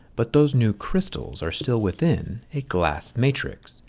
but those new crystals are still within a glass matrix,